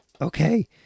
Okay